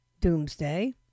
doomsday